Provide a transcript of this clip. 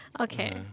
Okay